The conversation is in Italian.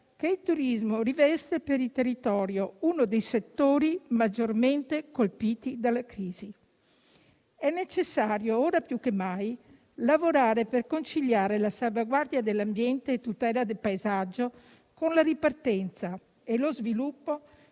che riveste per il territorio il turismo, uno dei settori maggiormente colpiti dalla crisi. È necessario ora più che mai lavorare per conciliare la salvaguardia dell'ambiente e la tutela del paesaggio con la ripartenza e lo sviluppo,